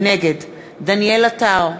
נגד דניאל עטר,